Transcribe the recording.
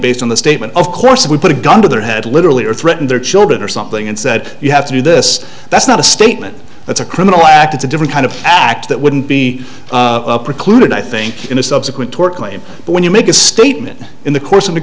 based on the statement of course we put a gun to their head literally or threaten their children or something and said you have to do this that's not a statement it's a criminal act it's a different kind of act that wouldn't be precluded i think in a subsequent tort claim but when you make a statement in the course of